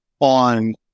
on